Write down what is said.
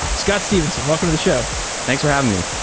scott stephenson, welcome to the show thanks for having me.